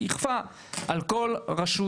שיכפה על כל רשות,